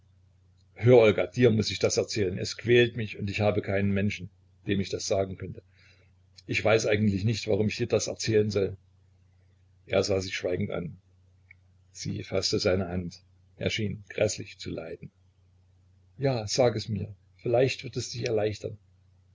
hör olga dir muß ich das erzählen es quält mich und ich habe keinen menschen dem ich das sagen könnte ich weiß eigentlich nicht warum ich dir das erzählen soll er sah sie schweigend an sie faßte seine hand er schien gräßlich zu leiden ja sag es mir vielleicht wird es dich erleichtern